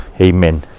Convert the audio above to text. Amen